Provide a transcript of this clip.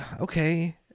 okay